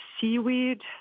seaweed